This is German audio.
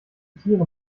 tiere